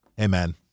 Amen